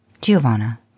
Giovanna